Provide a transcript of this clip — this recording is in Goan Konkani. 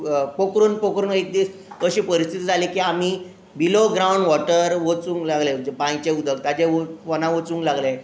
पोखरून पोखरून एक दीस अशी परीस्थिती जाली की आमी बिलो ग्रावंड वॉटर वचूंक लागले म्हणजे बांयचें उदक ताच्या पोंदांक वचूंक लागलें